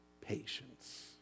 Patience